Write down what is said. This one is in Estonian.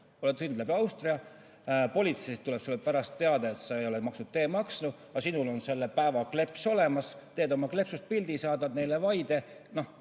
tuleb sulle Austria politseist pärast teade, et sa ei ole maksnud teemaksu, aga sinul on selle päeva kleeps olemas, teed oma kleepsust pildi, saadad neile vaide. Noh,